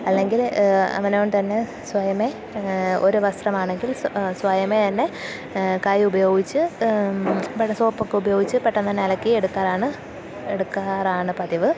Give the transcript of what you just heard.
അല്ലെങ്കില് അവനവന് തന്നെ സ്വയമേ ഒരു വസ്ത്രമാണെങ്കിൽ സ്വയമേ തന്നെ കൈ ഉപയോഗിച്ച് സോപ്പൊക്കെ ഉപയോഗിച്ച് പെട്ടെന്നുതന്നെ അലക്കി എടുക്കാറാണ് എടുക്കാറാണു പതിവ്